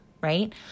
right